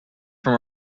from